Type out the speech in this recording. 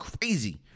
crazy